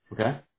Okay